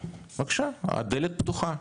בבקשה הדלת פתוחה.